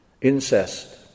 incest